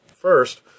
first